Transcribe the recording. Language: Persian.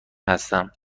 هستم